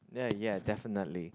ya ya definitely